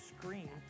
screen